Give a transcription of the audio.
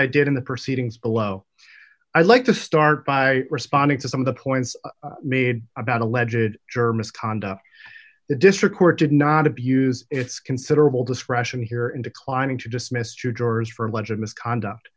i did in the proceedings below i'd like to start by responding to some of the points made about a legit germans conda the district court did not abuse its considerable discretion here in declining to dismiss your doors for legit misconduct